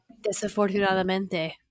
Desafortunadamente